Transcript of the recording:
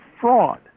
fraud